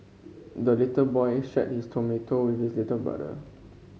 the little boy shared his tomato with his little brother